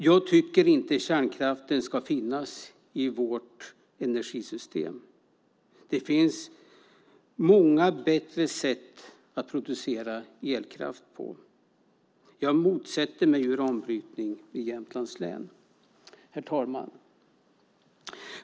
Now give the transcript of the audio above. Jag tycker inte att kärnkraften ska finnas i vårt energisystem. Det finns många bättre sätt att producera elkraft på. Jag motsätter mig uranbrytning i Jämtlands län. Herr talman!